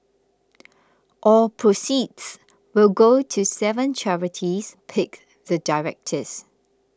all proceeds will go to seven charities picked the directors